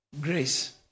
grace